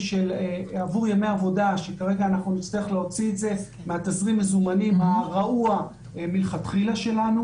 עבודה שכרגע נצטרך להוציא מתזרים המזומנים הרעוע שלנו.